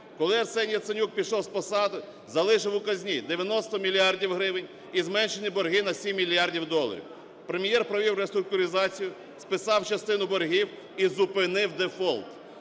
Коли Арсеній Яценюк пішов з посади, залишив у казні 90 мільярдів гривень і зменшені борги на 7 мільярдів доларів. Прем’єр провів реструктуризацію, списав частину боргів і зупинив дефолт,